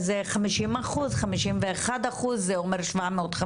אז 50%-51% זה אומר 750,000,